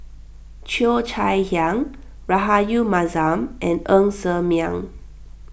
Cheo Chai Hiang Rahayu Mahzam and Ng Ser Miang